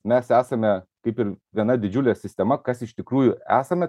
mes esame kaip ir gana didžiulė sistema kas iš tikrųjų esame